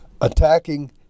attacking